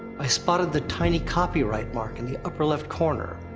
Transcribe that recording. i spotted the tiny copyright mark in the upper left corner.